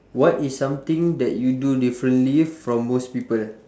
what is something that you do differently from most people